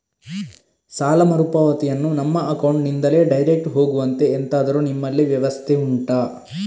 ಸಾಲ ಮರುಪಾವತಿಯನ್ನು ನಮ್ಮ ಅಕೌಂಟ್ ನಿಂದಲೇ ಡೈರೆಕ್ಟ್ ಹೋಗುವಂತೆ ಎಂತಾದರು ನಿಮ್ಮಲ್ಲಿ ವ್ಯವಸ್ಥೆ ಉಂಟಾ